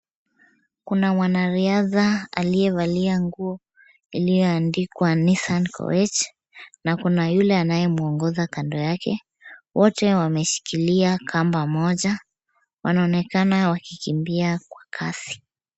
Kuna mwanariadha aliyevalia nguo iliyoandikwa Nissan Koech. Na kuna yule anayemwongoza kando yake. Wote wameshikilia kamba moja, wanaonekana wakikimbia kwa kasi.